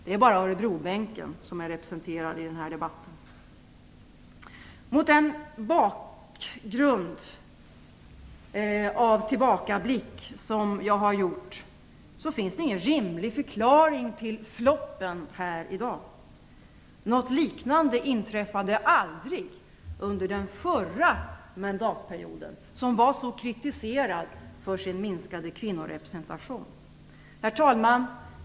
Det är bara Örebrobänken som är representerad i den här debatten. Mot bakgrund av den tillbakablick som jag har gjort finns det ingen rimlig förklaring till floppen här i dag. Något liknande inträffade aldrig under förra mandatperioden, som var så kritiserad för sin minskade kvinnorepresentation. Herr talman!